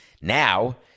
Now